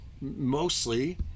mostly